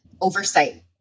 oversight